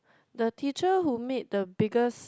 the teacher who made the biggest